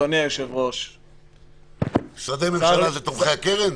משרדי ממשלה זה תומכי הקרן?